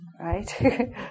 Right